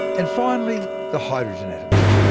and finally, the hydrogen atoms.